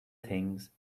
things